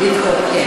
לדחות?